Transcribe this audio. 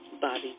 Bobby